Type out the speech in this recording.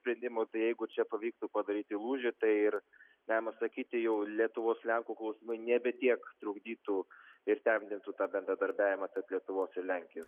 sprendimų tai jeigu čia pavyktų padaryti lūžį tai ir galima sakyti jau lietuvos lenkų klausimai nebe tiek trukdytų ir temdintų tą bendradarbiavimą tarp lietuvos ir lenkijos